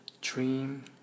dream